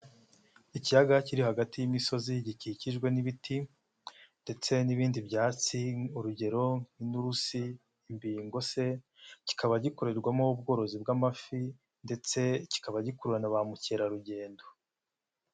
Ikiyaga kiri hagati y'imisozi gikikijwe n'ibiti ndetse n'ibindi byatsi urugero nk'iturusi imbingo se, kikaba gikorerwamo ubworozi bw'amafi ndetse kikaba gikurura na ba mukerarugendo.